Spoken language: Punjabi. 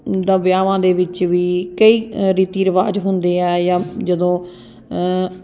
ਜਿੱਦਾਂ ਵਿਆਹਾਂ ਦੇ ਵਿੱਚ ਵੀ ਕਈ ਰੀਤੀ ਰਿਵਾਜ਼ ਹੁੰਦੇ ਆ ਜਾਂ ਜਦੋਂ